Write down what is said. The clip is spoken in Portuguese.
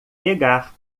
pegar